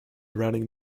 routing